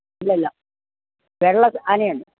ഇല്ല ഇല്ല വെള്ളം ആനയാണ്